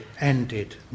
ended